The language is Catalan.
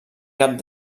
cap